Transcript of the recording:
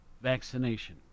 vaccination